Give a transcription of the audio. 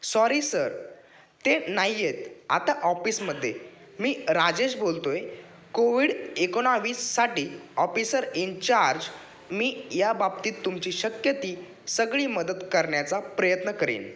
sorry sir ते नाही आहेत आता ऑफिसमध्ये मी राजेश बोलतो आहे कोविड एकोणावीससाठी ऑफिसर इनचार्ज मी याबाबतीत तुमची शक्य ती सगळी मदत करण्याचा प्रयत्न करेन